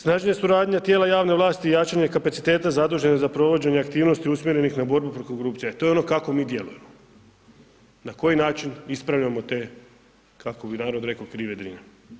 Snažnija suradnja tijela javne vlasti i jačanje kapaciteta zaduženih za provođenje aktivnosti usmjerenih na borbu protiv korupcije, to je ono kako mi djelujemo, na koji način ispravljamo te kako bi narod rekao krive Drine.